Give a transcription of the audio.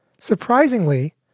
Surprisingly